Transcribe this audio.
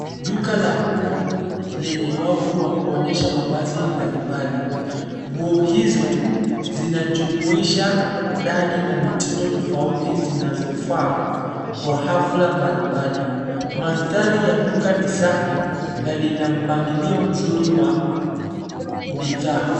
Duka la nguo lenye wavu wa kuonyesha mavazi mbalimbali. Nguo hizo zinajumuisha rangi na mitindo tofauti zinazofaa kwa hafla mbalimbali. Mandhari ya duka ni safi na lina mpangilio mzuri wa bidhaa.